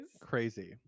Crazy